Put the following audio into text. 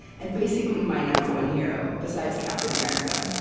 and basically my number one hero, besides captain america.